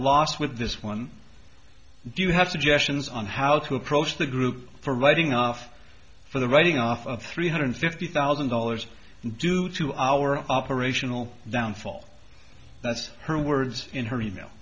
loss with this one do you have suggestions on how to approach the group for writing off for the writing off of three hundred fifty thousand dollars due to our operational downfall that's her words in her email